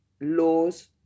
laws